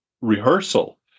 rehearsal